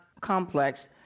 complex